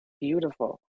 Beautiful